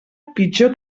pitjor